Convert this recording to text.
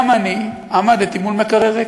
גם אני עמדתי מול מקרר ריק,